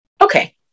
okay